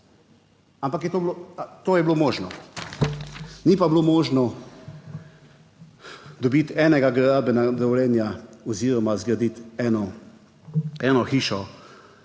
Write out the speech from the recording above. to je bilo možno. Ni pa bilo možno dobiti enega gradbenega dovoljenja oziroma zgraditi eno,